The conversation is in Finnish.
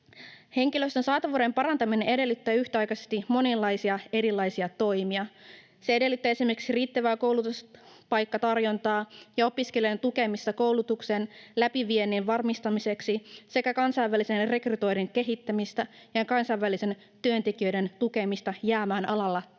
Henkilöstön saatavuuden parantaminen edellyttää yhtäaikaisesti monenlaisia erilaisia toimia. Se edellyttää esimerkiksi riittävää koulutuspaikkatarjontaa ja opiskelijan tukemista koulutuksen läpiviennin varmistamiseksi sekä kansainvälisen rekrytoinnin kehittämistä ja kansainvälisten työntekijöiden tukemista jäämään alalle töihin,